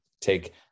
take